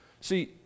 See